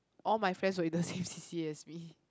all my friends were in the same C_C_A as me